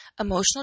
emotional